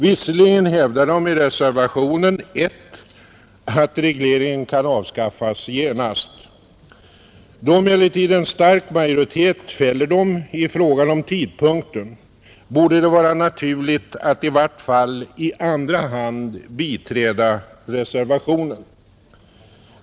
Visserligen hävdar de i reservationen 1 att regleringen kan avskaffas genast, men då en stark majoritet fäller dem i fråga om tidpunkten borde det vara naturligt att de åtminstone i andra hand biträder förut nämnda reservationer.